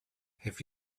have